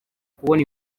kubona